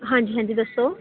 ਹਾਂਜੀ ਹਾਂਜੀ ਦੱਸੋ